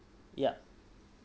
yup